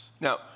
Now